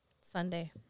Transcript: Sunday